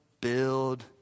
build